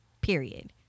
period